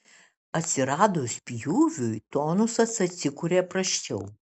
atsiradus pjūviui tonusas atsikuria prasčiau